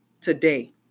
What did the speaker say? today